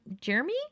Jeremy